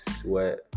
sweat